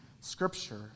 scripture